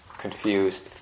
confused